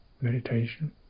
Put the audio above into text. meditation